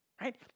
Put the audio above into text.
right